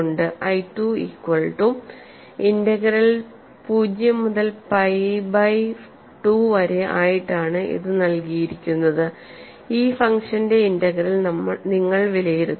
I 2 equal to integral 0 മുതൽ pi by 2വരെ ആയിട്ടാണ് ഇത് നൽകിയിരിക്കുന്നത് ഈ ഫംഗ്ഷന്റെ ഇന്റഗ്രൽ നിങ്ങൾ വിലയിരുത്തണം